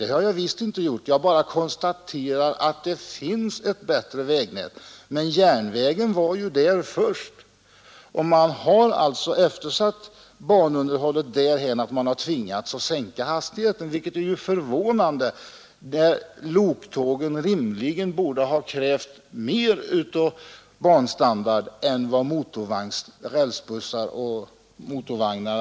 Det har jag inte heller gjort; jag bara konstaterar att det finns ett bättre vägnät men att järnvägen fanns där först. Banunderhållet har eftersatts till den grad att man har tvingats att sänka hastigheten, vilket är förvånande när loktågen rimligen borde ha krävt en bättre banstandard än rälsbussar och motorvagnar.